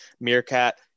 Meerkat